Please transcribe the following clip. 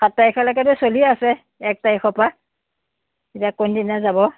সাত তাৰিখলৈকেতো চলিয়ে আছে এক তাৰিখৰ পৰা এতিয়া কোনদিনা যাব